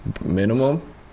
minimum